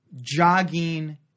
jogging